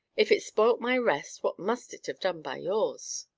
if it spoilt my rest, what must it have done by yours!